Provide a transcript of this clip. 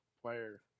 player